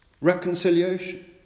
reconciliation